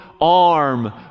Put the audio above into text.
arm